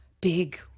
big